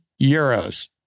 euros